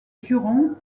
jurons